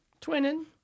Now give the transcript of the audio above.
Twinning